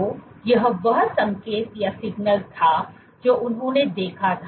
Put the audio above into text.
तो यह वह संकेत था जो उन्होंने देखा था